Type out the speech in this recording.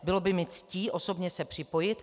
Bylo by mi ctí osobně se připojit.